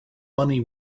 money